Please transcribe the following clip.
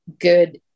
good